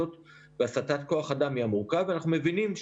אני לא מאשים אף אחד אבל העובדה היא שהתחלנו